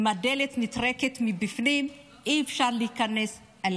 אם הדלת נטרקת מבפנים, אי-אפשר להיכנס.